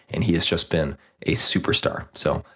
and he has just been a superstar. so,